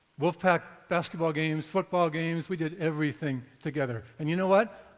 wolf pack, basketball games, football games, we did everything together. and you know what?